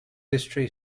history